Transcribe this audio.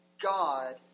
God